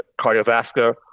cardiovascular